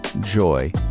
joy